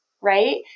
Right